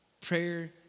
prayer